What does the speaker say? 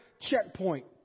checkpoint